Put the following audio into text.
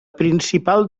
principal